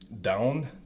down